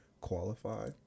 Qualify